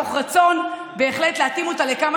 מתוך רצון בהחלט להתאים אותה לכמה